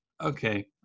okay